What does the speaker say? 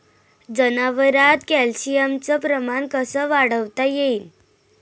जनावरात कॅल्शियमचं प्रमान कस वाढवता येईन?